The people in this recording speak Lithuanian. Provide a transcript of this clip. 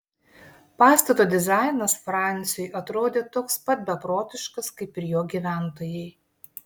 pastato dizainas franciui atrodė toks pat beprotiškas kaip ir jo gyventojai